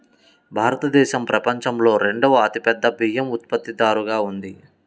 భారతదేశం ప్రపంచంలో రెండవ అతిపెద్ద బియ్యం ఉత్పత్తిదారుగా ఉంది